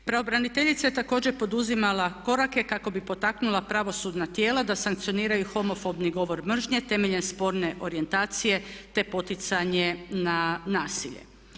Pravobraniteljica je također poduzimala korake kako bi potaknula pravosudna tijela da sankcioniraju homofobni govor mržnje temeljem spolne orijentacije te poticanje na nasilje.